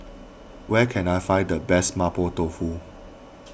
where can I find the best Mapo Tofu